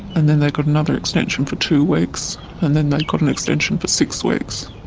and then they got another extension for two weeks, and then they got an extension for six weeks.